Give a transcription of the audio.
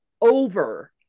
over